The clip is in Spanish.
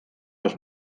los